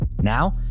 now